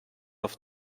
auf